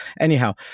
Anyhow